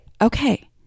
okay